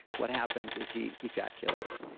what happens is he ejaculates.